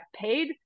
paid